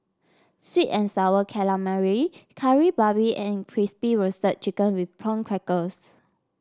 sweet and sour calamari Kari Babi and Crispy Roasted Chicken with Prawn Crackers